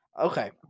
Okay